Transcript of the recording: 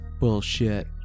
Bullshit